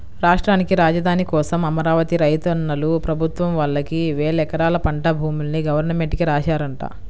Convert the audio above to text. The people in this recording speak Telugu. రాష్ట్రానికి రాజధాని కోసం అమరావతి రైతన్నలు ప్రభుత్వం వాళ్ళకి వేలెకరాల పంట భూముల్ని గవర్నమెంట్ కి రాశారంట